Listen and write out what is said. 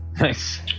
Nice